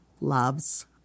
loves